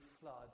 flood